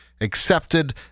accepted